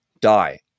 die